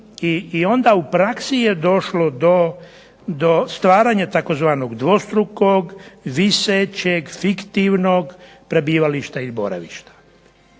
i onda u praksi je došlo do stvaranja tzv. dvostrukog, visećeg, fiktivnog prebivališta i boravišta.